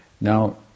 Now